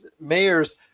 mayors